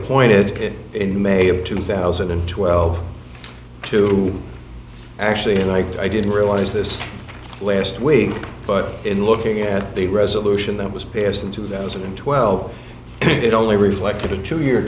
reappointed in may of two thousand and twelve to actually like i didn't realize this last week but in looking at the resolution that was passed in two thousand and twelve it only reflected a two year